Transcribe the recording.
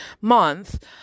month